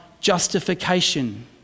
justification